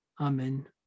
Amen